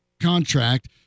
Contract